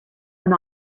went